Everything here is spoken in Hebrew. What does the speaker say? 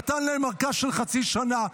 נתן להם ארכה של חצי שנה.